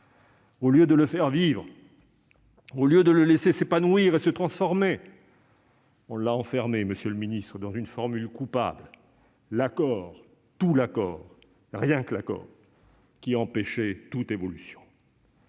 Au lieu de le faire vivre, de le laisser s'épanouir et se transformer, on l'a enfermé, monsieur le ministre, dans une formule coupable, « l'accord, tout l'accord, rien que l'accord », qui empêchait toute évolution.